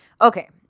Okay